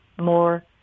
more